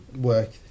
Work